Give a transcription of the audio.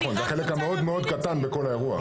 זה החלק המאוד קטן בכל האירוע.